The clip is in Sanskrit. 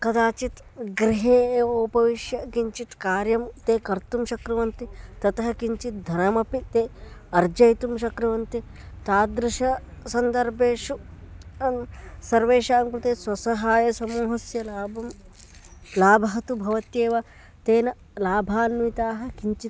कदाचित् गृहे एव उपविश्य किञ्चित् कार्यं ते कर्तुं शक्नुवन्ति ततः किञ्चित् धनमपि ते अर्जयितुं शक्नुवन्ति तादृशसन्दर्भेषु सर्वेषां कृते स्वसहायसमूहस्य लाभं लाभः तु भवत्येव तेन लाभान्विताः किञ्चित्